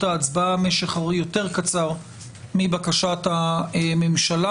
ההצבעה משך יותר קצר מבקשת הממשלה,